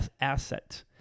asset